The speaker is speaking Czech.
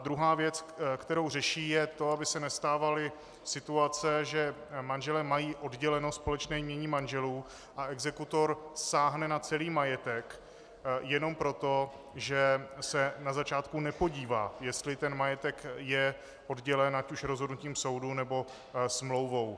Druhá věc, kterou řeší, je to, aby se nestávaly situace, že manželé mají odděleno společné jmění manželů a exekutor sáhne na celý majetek jenom proto, že se na začátku nepodívá, jestli majetek je oddělen ať už rozhodnutím soudu, nebo smlouvou.